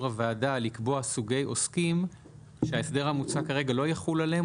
הוועדה לקבוע סוגי עוסקים שההסדר המוצע כרגע לא יחול עליהם,